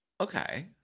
Okay